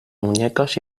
muñecas